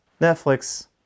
Netflix